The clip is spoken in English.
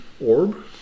orb